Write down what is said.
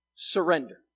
Surrender